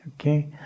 okay